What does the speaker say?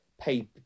pay